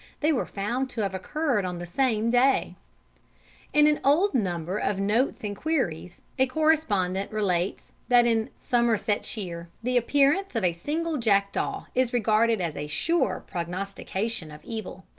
they were found to have occurred on the same day in an old number of notes and queries a correspondent relates that in somersetshire the appearance of a single jackdaw is regarded as a sure prognostication of evil.